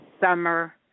summer